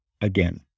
again